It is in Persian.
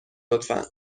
لطفا